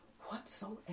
whatsoever